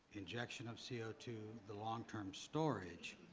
injection of c o two, the long-term storage,